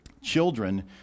children